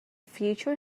future